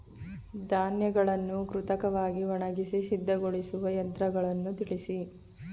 ಧಾನ್ಯಗಳನ್ನು ಕೃತಕವಾಗಿ ಒಣಗಿಸಿ ಸಿದ್ದಗೊಳಿಸುವ ಯಂತ್ರಗಳನ್ನು ತಿಳಿಸಿ?